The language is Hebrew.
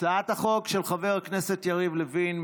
הצעת החוק של חבר הכנסת יריב לוין,